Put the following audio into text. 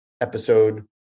episode